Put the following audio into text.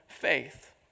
faith